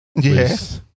Yes